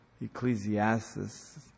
Ecclesiastes